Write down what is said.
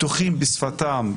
בטוחים בשפתם,